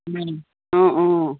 অঁ অঁ